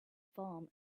farm